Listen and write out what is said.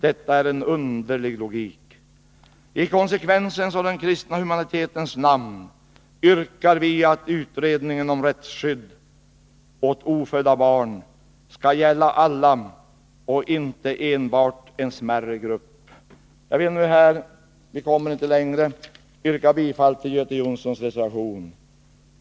Detta är en underlig logik. I konsekvensens och den kristna humanitetens namn yrkar vi att utredningen om rättsskydd åt ofödda barn skall gälla alla och inte enbart en smärre grupp.” Jag vill med detta — vi kommer inte längre nu — yrka bifall till Göte Jonssons 37 reservation.